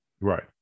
Right